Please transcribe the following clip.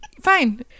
Fine